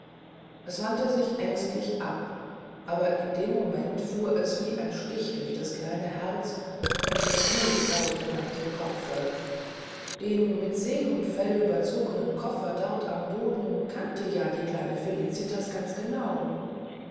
es wandte sich ängstlich ab aber in dem momente fuhr es wie ein stich durch das kleine herz und das blut brauste nach dem kopfe den mit seehundsfell überzogenen koffer dort am boden kannte ja die kleine felicitas ganz genau